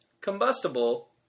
combustible